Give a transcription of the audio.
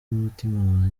umutima